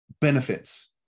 benefits